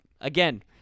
Again